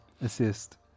assist